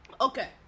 okay